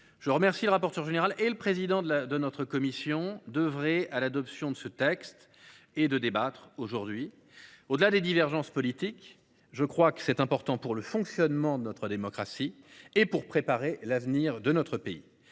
je remercie le rapporteur général et le président de notre commission d’œuvrer à l’adoption de ce texte. Au delà des divergences politiques, c’est important pour le fonctionnement de notre démocratie et pour préparer l’avenir de notre pays.